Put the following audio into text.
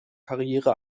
karriere